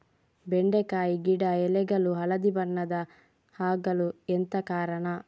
ಬೆಂಡೆಕಾಯಿ ಗಿಡ ಎಲೆಗಳು ಹಳದಿ ಬಣ್ಣದ ಆಗಲು ಎಂತ ಕಾರಣ?